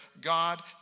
God